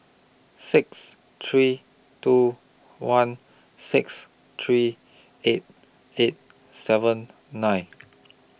six three two one six three eight eight seven nine